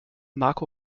marco